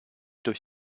durch